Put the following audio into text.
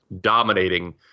dominating